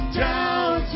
down